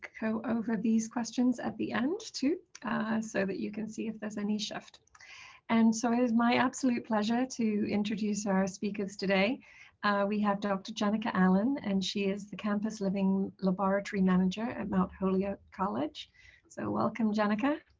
go over these questions at the end too so that you can see if there's any shift and so it is my absolute pleasure to introduce our speakers today we have dr. jenica allen and she is the campus living laboratory manager at mount holyoke college so welcome jenica